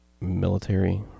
military